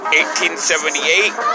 1878